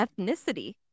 ethnicity